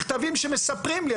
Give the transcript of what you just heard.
מכתבים שמספרים לי,